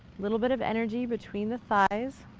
little bit of energy between the thighs,